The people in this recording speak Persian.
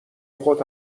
خود